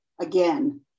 again